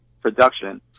production